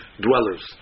dwellers